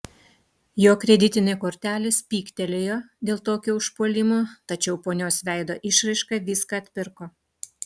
jo kreditinė kortelė spygtelėjo dėl tokio užpuolimo tačiau ponios veido išraiška viską atpirko